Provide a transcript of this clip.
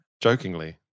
Jokingly